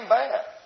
bad